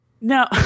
No